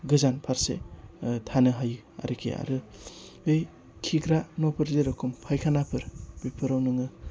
गोजान फारसे थानो हायो आरोखि आरो बै खिग्रा न'फोर जेरेखम फायखानाफोर बेफोराव नोङो